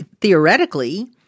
Theoretically –